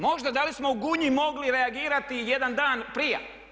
Možda da li smo u Gunji mogli reagirati jedan dan prije.